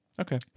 Okay